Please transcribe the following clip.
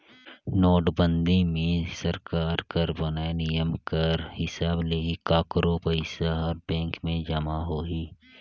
नोटबंदी मे सरकार कर बनाय नियम कर हिसाब ले ही काकरो पइसा हर बेंक में जमा होही